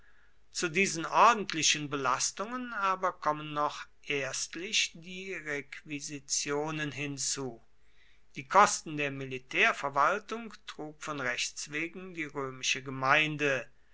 zu diesen ordentlichen belastungen aber kommen noch erstlich die requisitionen hinzu die kosten der militärverwaltung trug von rechts wegen die römische gemeinde